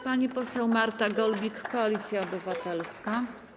Pani poseł Marta Golbik, Koalicja Obywatelska.